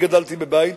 אני גדלתי בבית,